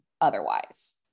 otherwise